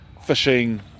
fishing